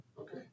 Okay